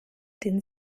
den